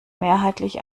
mehrheitlich